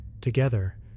Together